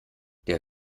der